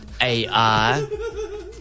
AI